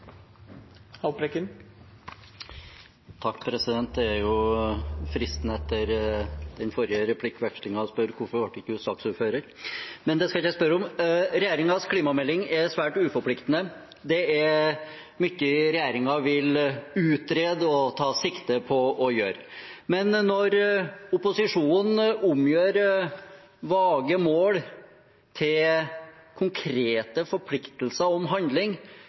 jo fristende etter den forrige replikkvekslingen å spørre: Hvorfor var ikke du saksordfører? Men det skal jeg ikke spørre om. Regjeringens klimamelding er svært uforpliktende. Det er mye regjeringen vil utrede og ta sikte på å gjøre. Men når opposisjonen omgjør vage mål til konkrete forpliktelser om handling,